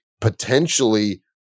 potentially